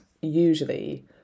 usually